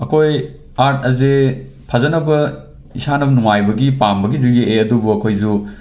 ꯑꯩꯈꯣꯏ ꯑꯥꯔꯠ ꯑꯁꯦ ꯐꯖꯅꯕ ꯏꯁꯥꯅ ꯅꯨꯡꯉꯥꯏꯕꯒꯤ ꯄꯥꯝꯕꯒꯤꯁꯨ ꯌꯦꯛꯑꯦ ꯑꯗꯨꯕꯨ ꯑꯩꯈꯣꯏꯁꯨ